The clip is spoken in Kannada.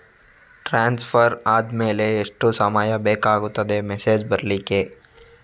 ಟ್ರಾನ್ಸ್ಫರ್ ಆದ್ಮೇಲೆ ಎಷ್ಟು ಸಮಯ ಬೇಕಾಗುತ್ತದೆ ಮೆಸೇಜ್ ಬರ್ಲಿಕ್ಕೆ?